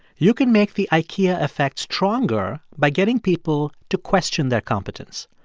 you can make the ikea effect stronger by getting people to question their competence.